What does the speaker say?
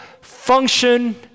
function